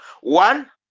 One